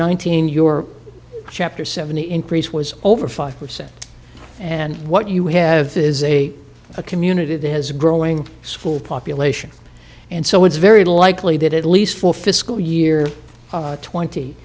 nineteen your chapter seven increase was over five percent and what you have is a a community that is growing school population and so it's very likely that at least for fiscal year twenty